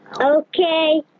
Okay